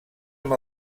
amb